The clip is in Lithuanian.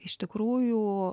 iš tikrųjų